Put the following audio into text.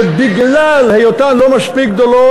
שבגלל היותן לא מספיק גדולות,